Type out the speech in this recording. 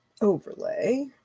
Overlay